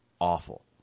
awful